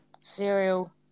Cereal